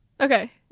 Okay